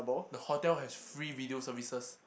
the hotel has free video services